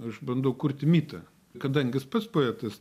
aš bandau kurti mitą kadangi jis pats poetas